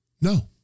No